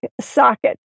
socket